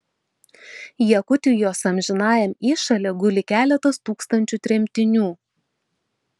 jakutijos amžinajam įšale guli keletas tūkstančių tremtinių